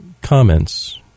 Comments